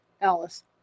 Alice